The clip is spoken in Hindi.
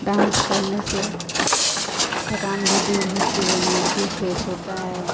डांस करने से थकान भी दूर होती है मूड भी फ्रेस होता है